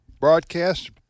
broadcast